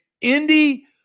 Indy